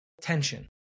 tension